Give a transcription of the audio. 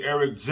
Eric